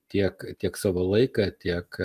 tiek tiek savo laiką tiek